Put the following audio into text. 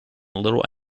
little